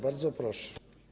Bardzo proszę.